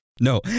no